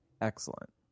Excellent